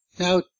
Now